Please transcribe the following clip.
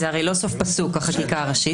זה הרי לא סוף פסוק, החקיקה הראשית.